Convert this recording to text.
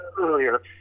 earlier